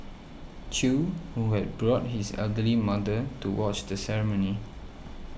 Chew who had brought his elderly mother to watch the ceremony